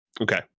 Okay